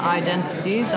identity